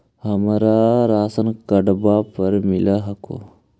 हमरा राशनकार्डवो पर मिल हको?